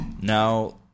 Now